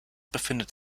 befindet